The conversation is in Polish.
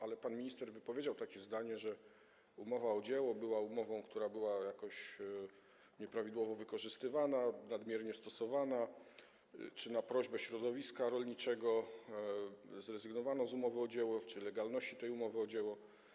Ale pan minister wypowiedział takie zdanie, że umowa o dzieło była umową, która była jakoś nieprawidłowo wykorzystywana, nadmiernie stosowana, czy na prośbę środowiska rolniczego zrezygnowano z umowy o dzieło czy legalności umowy o dzieło.